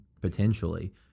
potentially